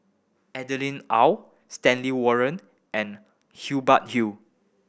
Adeline Ooi Stanley Warren and Hubert Hill